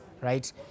right